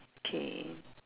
K